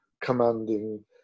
commanding